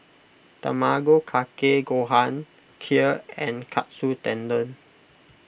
Tamago Kake Gohan Kheer and Katsu Tendon